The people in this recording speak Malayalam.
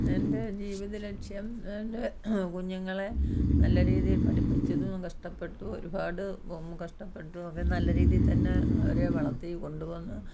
എൻ്റെ ജീവിതലക്ഷ്യം എൻ്റെ കുഞ്ഞുങ്ങളെ നല്ല രീതിയിൽ പഠിപ്പിച്ചതും കഷ്ടപ്പെട്ടു ഒരുപാട് കഷ്ടപ്പെട്ടും ഒക്കെ നല്ല രീതീതന്നെ അവരെ വളത്തികൊണ്ടുവന്ന്